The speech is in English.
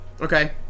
Okay